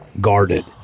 guarded